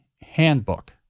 Handbook